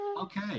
Okay